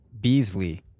Beasley